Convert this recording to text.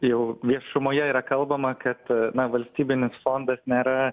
jau viešumoje yra kalbama kad na valstybinis fondas nėra